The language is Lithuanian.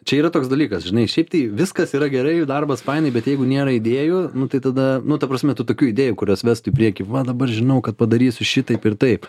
čia yra toks dalykas žinai šiaip tai viskas yra gerai darbas fainai bet jeigu nėra idėjų nu tai tada nu ta prasme tų tokių idėjų kurios vestų į priekį va dabar žinau kad padarysiu šitaip ir taip